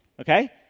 Okay